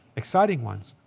exciting ones.